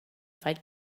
fight